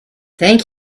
thank